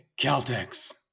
Caltex